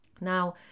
now